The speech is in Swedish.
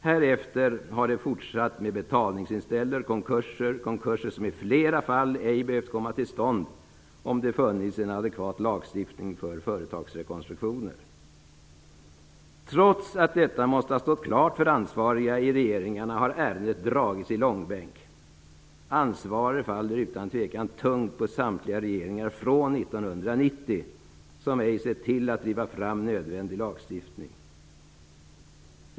Härefter har det fortsatt med betalningsinställelser och konkurser, konkurser som i flera fall ej behövt komma till stånd om det funnits en adekvat lagstiftning för företagsrekonstruktioner. Trots att detta måste ha stått klart för ansvariga i regeringarna har ärendet dragits i långbänk. Ansvaret faller utan tvivel tungt på samtliga regeringar från 1990 som ej sett till att driva fram nödvändig lagstiftning.